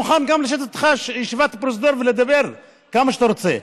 מוכן גם לשבת איתך בישיבת פרוזדור ולדבר כמה שאתה רוצה,